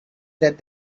that